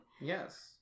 Yes